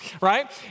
right